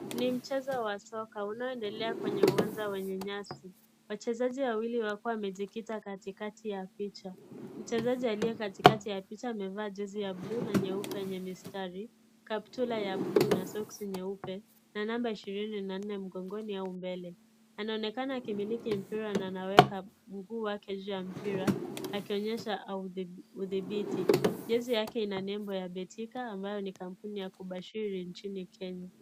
NI mchezo wa soka unaoendelea kwenye uwanja wenye nyasi. Wachezaji wawili wakiwa wamejikita katikati ya picha, mchezaji aliyekatikati ya picha amevaa jezi ya bluu na nyeupe yenye mistari, kaptura ya bluu na soksi nyeupe na namba 24 mkongoni au mbele. Anaonekana akimiliki mpira na anaweka miguu wake juu ya mpira akionyesha udhibiti. Jezi yake ina nembo ya betika ambayo ni kampuni ya kubashiri nchini Kenya.